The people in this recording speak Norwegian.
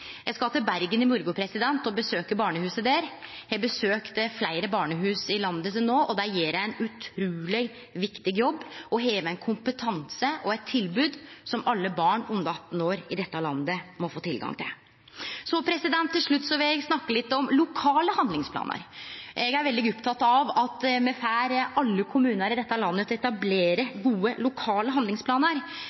Eg skal til Bergen i morgon og besøke barnehuset der. Eg har besøkt fleire barnehus i landet til no. Dei gjer ein utruleg viktig jobb og har ein kompetanse og eit tilbod som alle barn under 18 år i dette landet må få tilgang til. Til slutt vil eg snakke litt om lokale handlingsplanar. Eg er veldig oppteken av at me får alle kommunar i dette landet til å etablere gode lokale handlingsplanar.